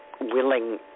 willing